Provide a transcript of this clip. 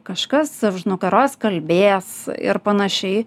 kažkas ar už nugaros kalbės ir panašiai